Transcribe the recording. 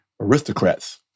aristocrats